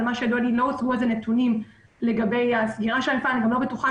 לא אותרו עוד הנתונים לגבי הסגירה ואני לא בטוחה